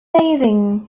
bathing